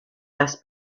las